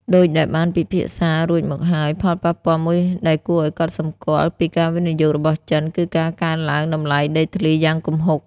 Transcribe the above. ដូចដែលបានពិភាក្សារួចមកហើយ ផលប៉ះពាល់មួយដែលគួរឲ្យកត់សម្គាល់ពីការវិនិយោគរបស់ចិន គឺការកើនឡើងតម្លៃដីធ្លីយ៉ាងគំហុក។